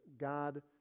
God